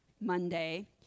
Monday